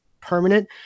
permanent